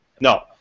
no